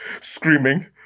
screaming